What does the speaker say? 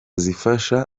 zifasha